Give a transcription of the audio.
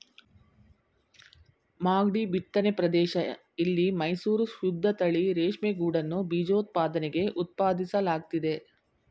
ಮಾಗ್ಡಿ ಬಿತ್ತನೆ ಪ್ರದೇಶ ಇಲ್ಲಿ ಮೈಸೂರು ಶುದ್ದತಳಿ ರೇಷ್ಮೆಗೂಡನ್ನು ಬೀಜೋತ್ಪಾದನೆಗೆ ಉತ್ಪಾದಿಸಲಾಗ್ತಿದೆ